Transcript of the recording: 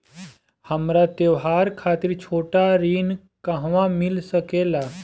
हमरा त्योहार खातिर छोटा ऋण कहवा मिल सकेला?